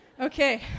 Okay